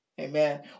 Amen